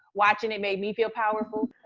watching it made me feel powerful.